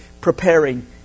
preparing